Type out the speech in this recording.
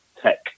tech